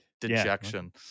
dejection